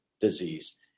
disease